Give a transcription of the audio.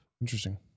Interesting